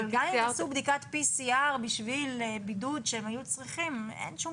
אבל גם אם הם יעשו בדיקת PCR בשביל בידוד שהם היו צריכים אין שום